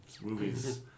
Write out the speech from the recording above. movie's